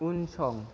उनसं